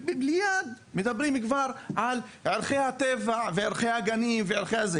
וליד מדברים פתאום על ערכי הטבע וערכי הגנים וערכים נוספים.